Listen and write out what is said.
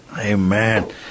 Amen